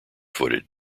footed